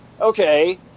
Okay